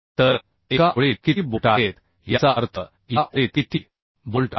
तर एका ओळीत किती बोल्ट आहेत याचा अर्थ या ओळीत किती बोल्ट आहेत